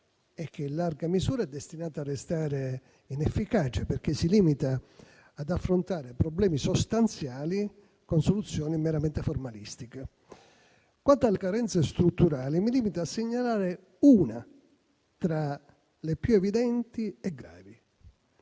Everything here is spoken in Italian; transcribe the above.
e che in larga misura è destinato a restare inefficace, perché si limita ad affrontare problemi sostanziali con soluzioni meramente formalistiche. Quanto alle carenze strutturali, mi limito a segnalare una tra le più evidenti e gravi: